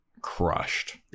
crushed